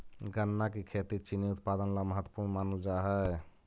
गन्ना की खेती चीनी उत्पादन ला महत्वपूर्ण मानल जा हई